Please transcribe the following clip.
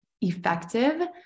effective